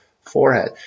forehead